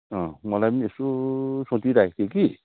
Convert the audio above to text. मलाई यसो सोचिराखेको थिएँ कि